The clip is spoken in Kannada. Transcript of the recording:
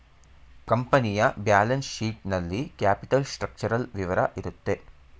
ಕಂಪನಿಯ ಬ್ಯಾಲೆನ್ಸ್ ಶೀಟ್ ನಲ್ಲಿ ಕ್ಯಾಪಿಟಲ್ ಸ್ಟ್ರಕ್ಚರಲ್ ವಿವರ ಇರುತ್ತೆ